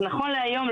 אז נכון להיום,